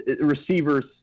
receivers